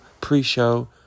pre-show